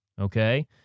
okay